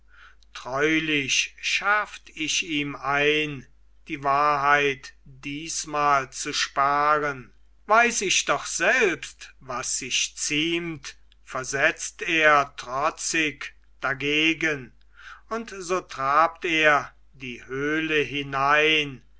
treulich schärft ich ihm ein die wahrheit diesmal zu sparen weiß ich doch selbst was sich ziemt versetzt er trotzig dagegen und so trabt er die höhle hinein